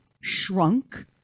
shrunk